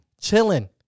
Chilling